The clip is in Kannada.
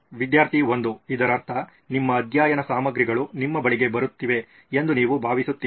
ವಿದ್ಯಾರ್ಥಿ 1 ಇದರರ್ಥ ನಿಮ್ಮ ಅಧ್ಯಯನ ಸಾಮಗ್ರಿಗಳು ನಿಮ್ಮ ಬಳಿಗೆ ಬರುತ್ತಿವೆ ಎಂದು ನೀವು ಭಾವಿಸುತ್ತೀರಿ